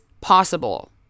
possible